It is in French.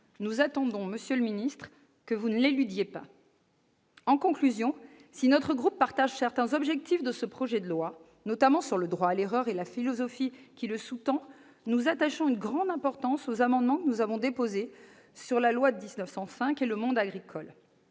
Nous attendons, monsieur le secrétaire d'État, que vous ne l'éludiez pas. En conclusion, j'indique que, si mon groupe partage certains objectifs de ce projet de loi, notamment sur le droit à l'erreur et sur la philosophie qui le sous-tend, nous attachons une grande importance aux amendements relatifs à la loi de 1905 et au monde agricole